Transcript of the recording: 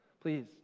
Please